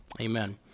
amen